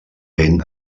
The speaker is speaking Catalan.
ben